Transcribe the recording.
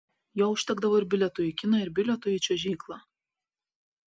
jo užtekdavo ir bilietui į kiną ir bilietui į čiuožyklą